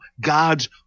God's